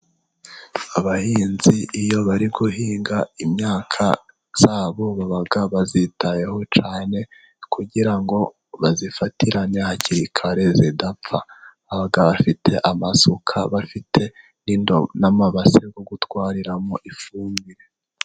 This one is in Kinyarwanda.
Abahinzi iyo bari guhinga imyaka yabo baba bayitayeho cyane kugira ngo bayifatirane hakiri kare idapfa, abagabo bafite amasuka bafite n'amabase yo gutwariramo ifumbire.